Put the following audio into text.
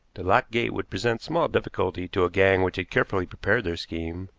the locked gate would present small difficulty to a gang which had carefully prepared their scheme,